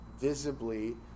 visibly